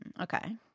Okay